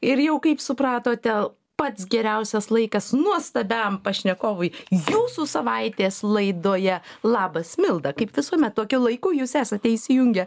ir jau kaip supratote pats geriausias laikas nuostabiam pašnekovui jūsų savaitės laidoje labas milda kaip visuomet tokiu laiku jūs esate įsijungę